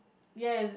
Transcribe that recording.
yes